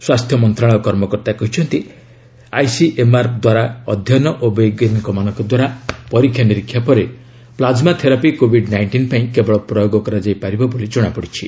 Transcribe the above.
ସ୍ୱାସ୍ଥ୍ୟ ମନ୍ତ୍ରଣାଳୟ କର୍ମକର୍ତ୍ତା କହିଛନ୍ତି ଆଇସିଏମ୍ଆର୍ ଦ୍ୱାରା ଅଧ୍ୟୟନ ଓ ବୈଜ୍ଞାନିକମାନଙ୍କ ଦ୍ୱାରା ପରୀକ୍ଷା ନିରୀକ୍ଷା ପରେ ପ୍ଲାକମା ଥେରାପି କୋଭିଡ୍ ନାଇଷ୍ଟିନ୍ ପାଇଁ କେବଳ ପ୍ରୟୋଗ କରାଯାଇ ପାରିବ ବୋଲି ଜଣାପଡ଼ିଛି